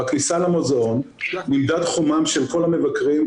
בכניסה למוזיאון נמדד חומם של כל המבקרים,